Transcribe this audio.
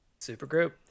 Supergroup